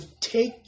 take